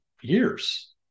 years